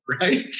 right